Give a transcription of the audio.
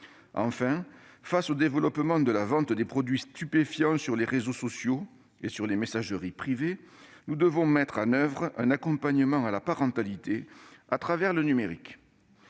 Enfin, face au développement de la vente de produits stupéfiants sur les réseaux sociaux et sur les messageries privées, nous devons mettre en oeuvre un accompagnement à la parentalité à travers le numérique.